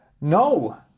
No